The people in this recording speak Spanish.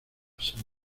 san